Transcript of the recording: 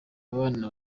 abana